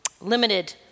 Limited